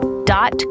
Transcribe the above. dot